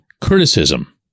criticism